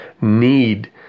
need